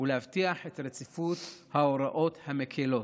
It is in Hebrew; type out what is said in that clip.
ולהבטיח את רציפות ההוראות המקלות.